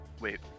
Wait